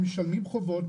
הם משלמים חובות,